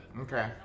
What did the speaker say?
Okay